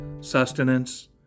sustenance